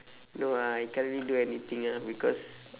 no ah I can't really do anything ah because